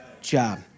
job